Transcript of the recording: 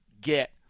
get